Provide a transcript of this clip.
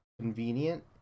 convenient